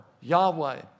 Yahweh